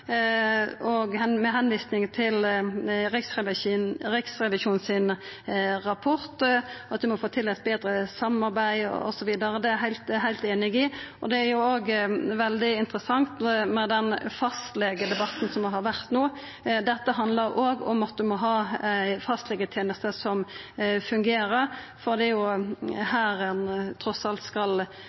til rapporten frå Riksrevisjonen – om at ein må få til eit betre samarbeid osv., er eg heilt einig i det. Debatten om fastlegane som har vore no, er òg veldig interessant. Dette handlar òg om at ein må ha ei fastlegeteneste som fungerer, for det er jo trass alt der ein skal kunna verta oppdaga, og det er der ein skal